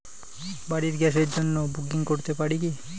বাড়ির গ্যাসের জন্য বুকিং করতে পারি কি?